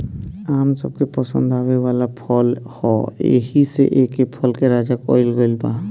आम सबके पसंद आवे वाला फल ह एही से एके फल के राजा कहल गइल बा